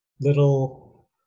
little